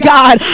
God